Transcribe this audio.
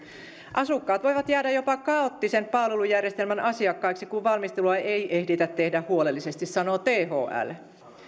asukkaat voivat jäädä jopa kaoottisen palvelujärjestelmän asiakkaiksi kun valmistelua ei ei ehditä tehdä huolellisesti sanoo thl